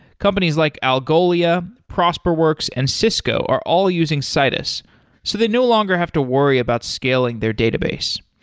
companies like algolia, prosperworks and cisco are all using citus so they no longer have to worry about scaling their database.